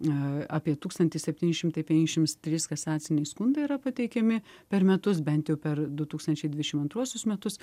na apie tūkstantis septyni šimtai penkiasdešimt trys kasaciniai skundai yra pateikiami per metus bent per du tūkstančiai dvidešim antruosius metus